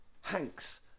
Hank's